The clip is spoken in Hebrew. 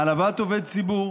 העלבת עובד ציבור